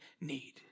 need